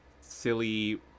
silly